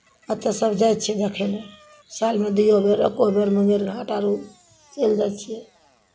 ओतय सभ जाइ छियै देखय लेल सालमे दूओ बेर एक्को बेर गेल चलि जाइ छियै